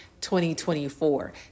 2024